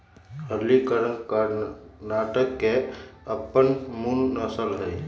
हल्लीकर कर्णाटक के अप्पन मूल नसल हइ